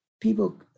people